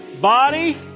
Body